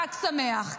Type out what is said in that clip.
חג שמח.